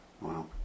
Wow